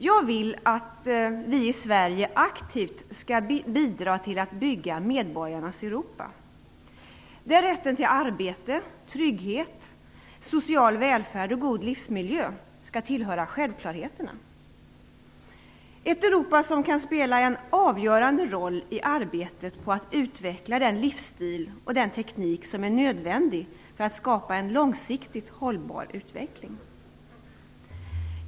Jag vill att vi i Sverige aktivt skall bidra till att bygga medborgarnas Europa, där rätten till arbete, trygghet, social välfärd och god livsmiljö tillhör självklarheterna - ett Europa som kan spela en avgörande roll i arbetet med att utveckla den livsstil och teknik som är nödvändig för att skapa en långsiktigt hållbar utveckling.